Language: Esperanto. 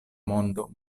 mondo